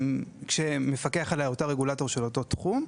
כשמפקח עליה הרגולטור של אותו כלום,